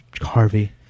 Harvey